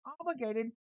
obligated